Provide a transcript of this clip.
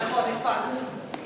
התשע"ב 2012,